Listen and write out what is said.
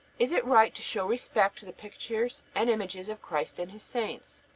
is it right to show respect to the pictures and images of christ and his saints?